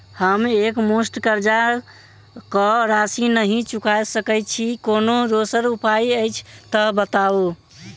हम एकमुस्त कर्जा कऽ राशि नहि चुका सकय छी, कोनो दोसर उपाय अछि तऽ बताबु?